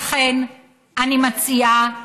לכן אני מציעה